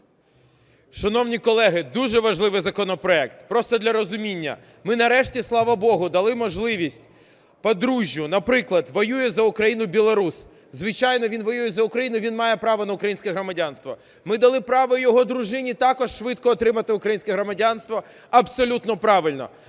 Шановні колеги, дуже важливий законопроект. Просто для розуміння. Ми нарешті, слава богу, дали можливість подружжю... Наприклад, воює за Україну білорус. Звичайно, він воює за Україну, він має право на українське громадянство. Ми дали право його дружині також швидко отримати українське громадянство. Абсолютно правильно.